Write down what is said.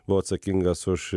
buvau atsakingas už